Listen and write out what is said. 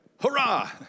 Hurrah